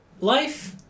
life